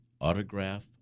autograph